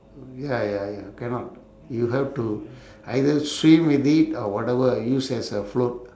ya ya ya cannot you have to either swim with it or whatever use as a float